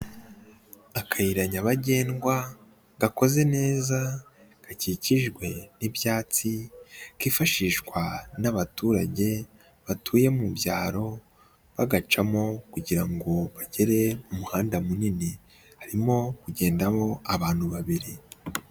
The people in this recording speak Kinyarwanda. Akayira nyabagendwa gakoze neza gakikijwe n'ibyatsi, kifashishwa n'abaturage batuye mu byaro, bagacamo kugira ngo bagere mu muhanda munini. Harimo kugendamo abantu babiri.